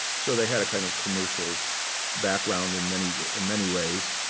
so they had a kind of commercial background in many, in many ways.